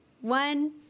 one